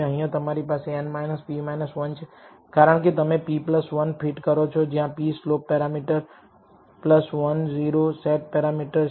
અહીંયા તમારી પાસે n p 1 છે કારણકે તમે p 1 fit કરો છો જ્યાં p slope parameter 1 0 set parameter છે